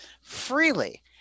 freely